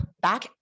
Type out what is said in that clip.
back